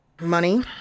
Money